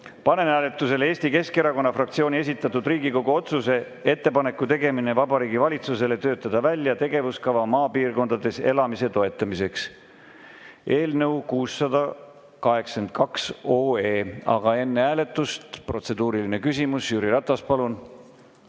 panen hääletusele Eesti Keskerakonna fraktsiooni esitatud Riigikogu otsuse "Ettepaneku tegemine Vabariigi Valitsusele töötada välja tegevuskava maapiirkondades elamise toetamiseks" eelnõu 682. Aga enne hääletust on protseduuriline küsimus. Jüri Ratas, palun!